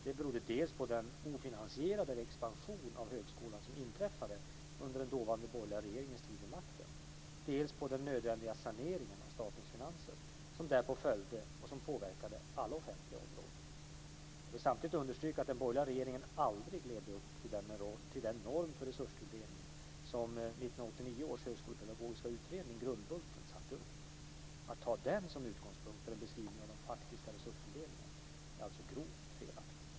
Det berodde dels på den ofinansierade expansion av högskolan som inträffade under den dåvarande borgerliga regeringens tid vid makten, dels på den nödvändiga sanering av statens finanser som därpå följde och som påverkade alla offentliga områden. Jag vill samtidigt understryka att den borgerliga regeringen aldrig levde upp till den norm för resurstilldelning som 1989 års högskolepedagogiska utredning Grundbulten satte upp. Att ta den som utgångspunkt för en beskrivning av den faktiska resurstilldelningen är alltså grovt felaktigt.